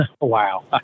Wow